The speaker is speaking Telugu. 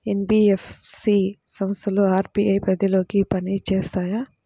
ఎన్.బీ.ఎఫ్.సి సంస్థలు అర్.బీ.ఐ పరిధిలోనే పని చేస్తాయా?